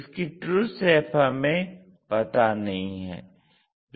इसकी true shape हमें पता नहीं है